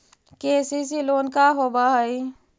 KCC loan का होब हइ?